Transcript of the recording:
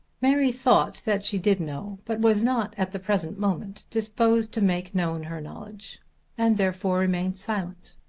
mary thought that she did know, but was not at the present moment disposed to make known her knowledge and therefore remained silent.